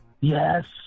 Yes